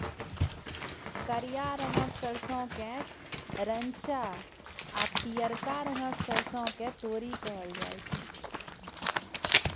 करिया रंगक सरसों केँ रैंचा आ पीयरका रंगक सरिसों केँ तोरी कहल जाइ छै